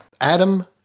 Adam